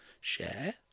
share